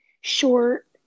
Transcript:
short –